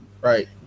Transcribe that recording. Right